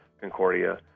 Concordia